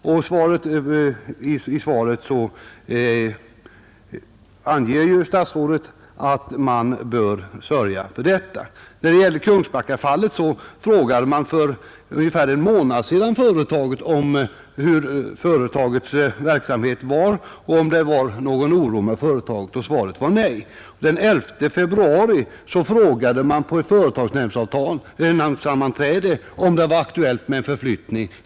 I svaret anser ju industriministern att man bör sörja för detta. När det gäller Kungsbackafallet frågade man för ungefär en månad sedan företaget om hur dess verksamhet var och om det fanns någon anledning till oro för företaget, och svaret var nej. Den 11 februari frågade man på ett företagsnämndssammanträde om det var aktuellt med förflyttning.